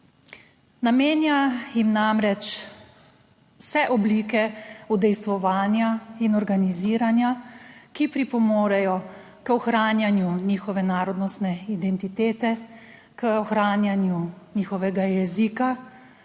Namenja jim namreč vse oblike udejstvovanja in organiziranja, ki pripomorejo k ohranjanju njihove narodnostne identitete, k ohranjanju njihovega jezika,